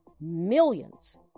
Millions